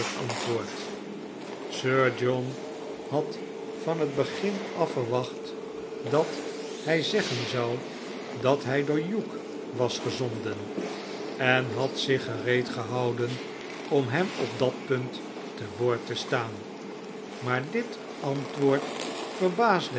antwoord sir john had van het begin af verwacht dat hij zeggen zou dat hij door hugh was gezonden en had zich gereedgehouden om hem op dat punt te woord te staan maar dit antwoord verbaasde